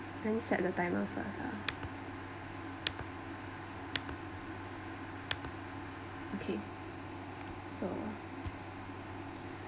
let me set the timer first ah okay so